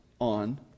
on